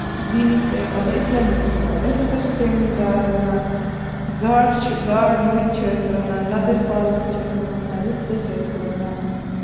دِنی مطلب اِسلٲمی تہوار أسۍ ہسا چھِ تَمہِ دۄہ رَنان گاڈٕ چھِ گاڈٕ مُجہِ چھِ أسۍ رَنان نَدٕرۍ پالک چھ أسۍ رَنان رِستہٕ چھِ أسۍ رَنان